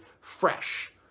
fresh